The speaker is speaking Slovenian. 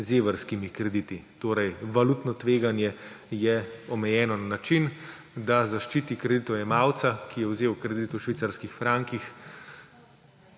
z evrskimi krediti. Torej, valutno tveganje je omejeno na način, da zaščiti kreditojemalca, ki je vzel kredit v švicarskih frankih,